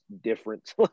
different